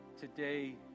today